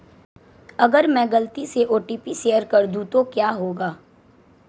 अगर मैं गलती से ओ.टी.पी शेयर कर दूं तो क्या होगा?